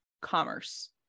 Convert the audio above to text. commerce